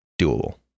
doable